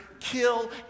kill